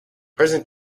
present